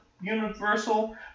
Universal